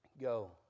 Go